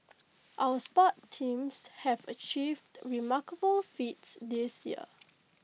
our sports teams have achieved remarkable feats this year